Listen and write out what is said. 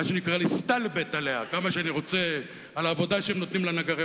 מה שנקרא "להסתלבט" עליה כמה שאני רוצה על העבודה שהם נותנים לנגרים,